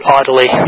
idly